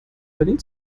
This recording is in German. berlin